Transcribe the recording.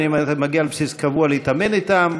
ואני מגיע על בסיס קבוע להתאמן אתם,